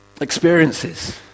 experiences